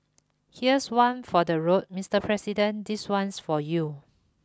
here's one for the road Mister President this one's for you